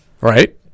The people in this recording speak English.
Right